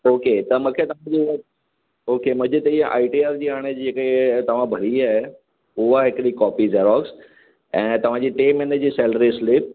okay त मूंखे तव्हांजो ओके मुंहिंजे ते इहा आई टी आर जी हाणे जेके तव्हां भरी आहे उहा हिकिड़ी कॉपी ज़ेरोक्स ऐं तव्हांजी टे महीने जी सैलरी स्लीप